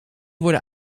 worden